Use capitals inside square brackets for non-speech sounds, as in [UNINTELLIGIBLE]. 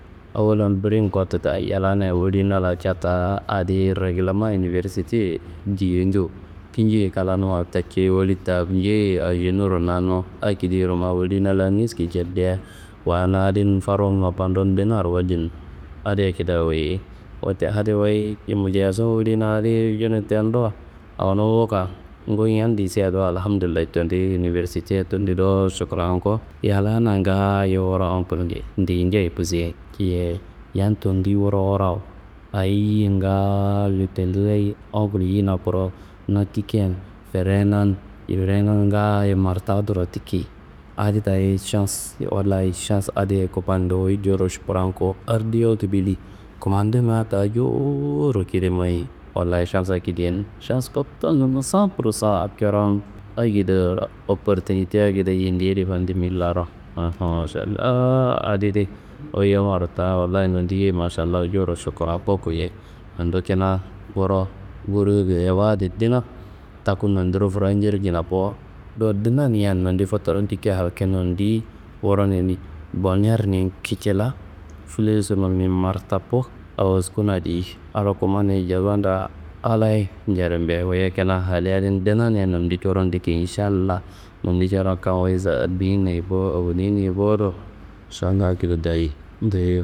Awollan bulim kotukan, yallanayi wolina la catta adi reglema universiteye diye njo, injiye klanummaro tacei woli tamjeiye ajenuro nannu akediro ma wolina la niski jerdia wa na adi farunumma bandun dinaro wallimi adi akediro awoyei. Wote adi wuyi hilimiyaso wolina adi cuni tenudo awonu wukan ngowon yan lisa dowo Alhamdullayi tendi universitiya tendi dowo šukurongowo. Yallana ngaayo wuro onkul njei ndi njei kusei, yeyi yam tendi wuro wurawo ayiye ngaayo tendiyi hayi onkul yiyina kurowo na tikian ferana n nguleyana n ngaayo martawuduro tiki. Adi taye šans wollayi šans adi yuku fanduwu wuyi jowuro šukurongowo ardiyi [UNINTELLIGIBLE] kumandinga ta jowuro kida mayi. Wallayi šans akediya nu, šans ndottonun san pur san coron akedo oportinite akedo yindi yedi fandimi laro. [UNINTELLIGIBLE] Mašallaa adidi wuyi yammaro ta Wallayi nondiye mašallawu jowuro šukurongoko yeyi nondi kina wuro [UNINTELLIGIBLE] wu adi duna taku nondiro franjerkina bo, do dunanian nondi futalan dikian halke nondiyi, wuro noni bonerni kicila filesurno nimarta bo awoskuna adi Allah kumaniyi jazanda Allayi jerimbe. Wuyiye kina haliye adin dunaniya nondi coron diki Inšalla, nondi coron kan wuyi zalinayi ye bo, awonina ye bo do [UNINTELLIGIBLE] akedo dayi nduyi.